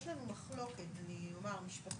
יש לנו מחלוקת, אני אומר משפטית,